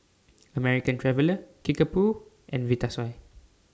American Traveller Kickapoo and Vitasoy